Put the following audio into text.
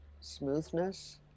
smoothness